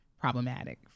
problematic